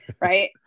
right